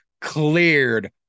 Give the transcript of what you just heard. cleared